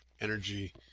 energy